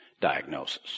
diagnosis